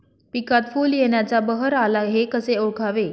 पिकात फूल येण्याचा बहर आला हे कसे ओळखावे?